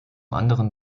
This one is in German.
anderen